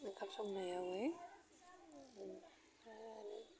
ओंखाम संनायावयै ओमफाय